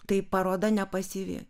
tai parodo nepasyvi